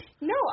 No